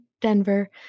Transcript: Denver